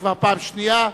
כבר פעם שנייה,